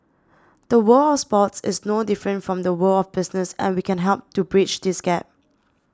the world of sports is no different from the world of business and we can help to bridge this gap